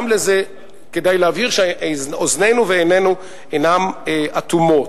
גם לזה כדאי להבהיר שאוזנינו ועינינו אינן אטומות.